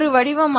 ஒரு வடிவமாக